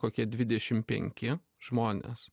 kokie dvidešim penki žmonės